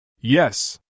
Yes